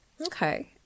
Okay